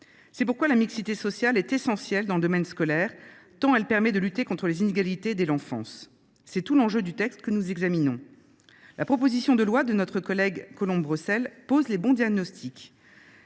C’est pourquoi la mixité sociale est essentielle dans le domaine scolaire, tant elle permet de lutter contre les inégalités dès l’enfance. C’est tout l’enjeu du texte que nous examinons. La proposition de loi de Mme Colombe Brossel pose les bons diagnostics.